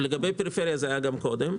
לגבי פריפריה, זה היה גם קודם.